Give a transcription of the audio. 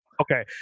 Okay